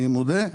אני מודה.